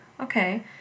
okay